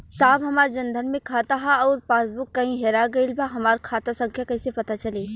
साहब हमार जन धन मे खाता ह अउर पास बुक कहीं हेरा गईल बा हमार खाता संख्या कईसे पता चली?